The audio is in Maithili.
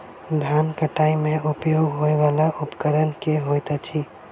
धान कटाई मे उपयोग होयवला उपकरण केँ होइत अछि?